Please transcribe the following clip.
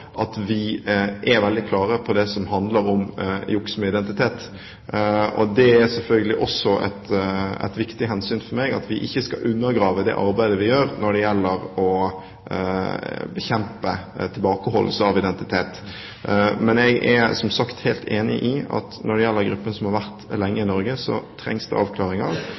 at vi må være veldig klare på det som handler om juks med identitet. Det er selvfølgelig også et viktig hensyn for meg at vi ikke skal undergrave det arbeidet vi gjør når det gjelder å bekjempe tilbakeholdelse av identitet. Når det gjelder gruppen som har vært lenge i Norge, er jeg som sagt helt enig i at det trengs avklaringer. Vi har sendt ut forslag i